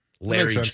Larry